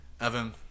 Evan